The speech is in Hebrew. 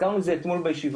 הזכרנו את זה אתמול בישיבה.